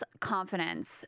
confidence